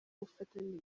ubufatanye